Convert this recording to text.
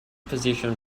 position